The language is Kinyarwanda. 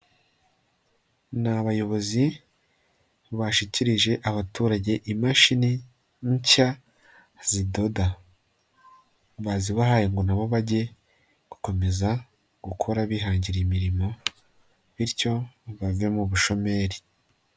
Ni abayobozi bashikirije abaturage imashini nshya zidoda, bazibahaye ngo nabo bajye gukomeza gukora bihangira imirimo bityo bave mu bushomeri.